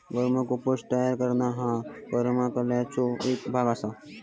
वर्म compost तयार करणा ह्यो परमाकल्चरचो एक भाग आसा